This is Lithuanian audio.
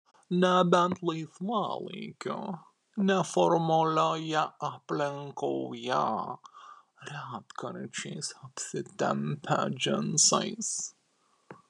nebent laisvalaikiu neformalioje aplinkoje retkarčiais apsitempia džinsais